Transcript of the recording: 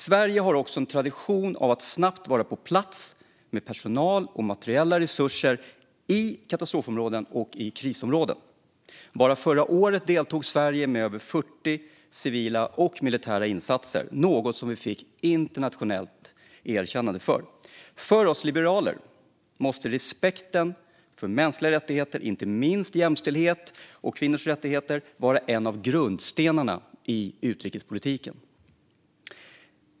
Sverige har också en tradition av att snabbt finnas på plats med personal och materiella resurser i katastrofområden och i krisområden. Bara förra året deltog Sverige vid 40 civila och militära insatser, något som vi fick internationellt erkännande för. För oss liberaler måste respekten för mänskliga rättigheter, inte minst jämställdhet och kvinnors rättigheter, vara en av grundstenarna i utrikespolitiken.